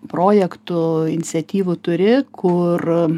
projektų iniciatyvų turi kur